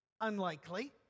Unlikely